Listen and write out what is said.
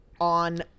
on